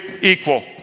equal